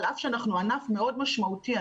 למרות שאנחנו ענף מאוד משמעותי.